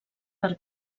per